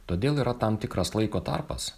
todėl yra tam tikras laiko tarpas